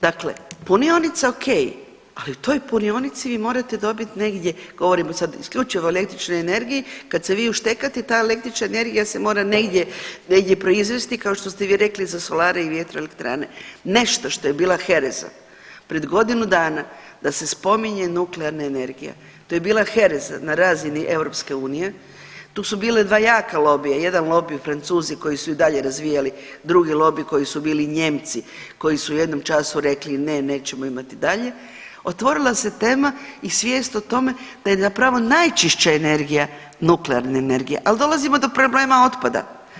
Dakle, punionica okej, ali u toj punionici vi morate dobit negdje, govorimo sad isključivo o električnoj energiji, kad se vi uštekate ta električna energija se mora negdje, negdje proizvesti kao što ste vi rekli za solare i vjetroelektrane, nešto što je bila hereza pred godinu dana da se spominje nuklearna energija to je bila hereza na razini EU, tu su bila dva jaka lobija, jedan lobi Francuzi koji su i dalje razvijali, drugi lobi koji su bili Nijemci, koji su u jednom času rekli ne nećemo imati dalje, otvorila se tema i svijest o tome da je zapravo najčišća energija nuklearna energija, al dolazimo do problema otpada.